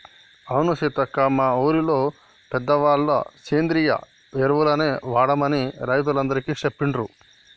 అవును సీతక్క మా ఊరిలో పెద్దవాళ్ళ సేంద్రియ ఎరువులనే వాడమని రైతులందికీ సెప్పిండ్రు